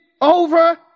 over